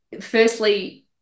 Firstly